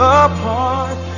apart